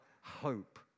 hope